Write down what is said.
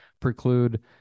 preclude